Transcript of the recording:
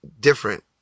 different